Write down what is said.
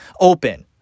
open